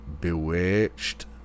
Bewitched